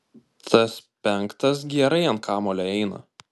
tas penktas gerai ant kamuolio eina